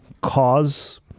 cause